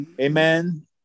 Amen